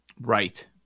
Right